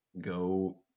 go